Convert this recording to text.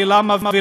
ולמה?